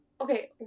okay